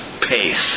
pace